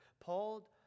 Paul